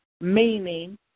meaning